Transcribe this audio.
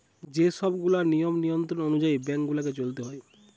যে সব গুলা নিয়ম নিয়ন্ত্রণ অনুযায়ী বেঙ্ক গুলাকে চলতে হয়